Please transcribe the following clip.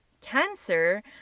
Cancer